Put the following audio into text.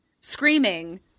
screaming